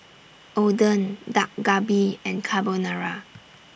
Oden Dak Galbi and Carbonara